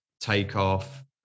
Takeoff